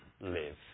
live